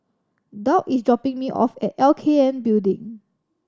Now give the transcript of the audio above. Doug is dropping me off at L K N Building